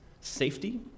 safety